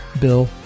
Bill